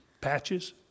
Patches